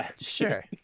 Sure